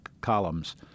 columns